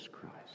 Christ